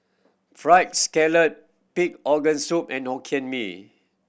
Fried Scallop pig organ soup and Hokkien Mee